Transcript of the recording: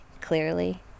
clearly